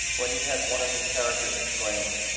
when he has one of his characters exclaim,